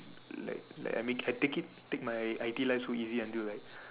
like like I mean I take it I take my I_T_E life so easy until like